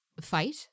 fight